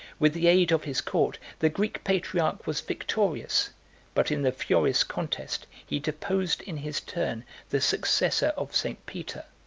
with the aid of his court the greek patriarch was victorious but in the furious contest he deposed in his turn the successor of st. peter,